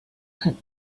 traite